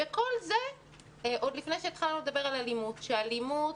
וכל זה עוד לפני שהתחלנו לדבר על אלימות, שאלימות,